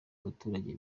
abaturage